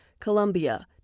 Colombia